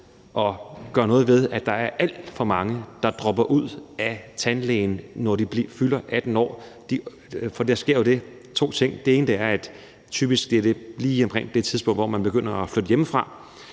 at gøre noget ved, at der er alt for mange, der dropper tandlægen, når de fylder 18 år. Der sker to ting: Den ene er, at det typisk er lige omkring det tidspunkt, hvor man flytter hjemmefra,